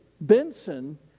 Benson